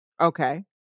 Okay